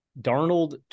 Darnold